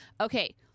okay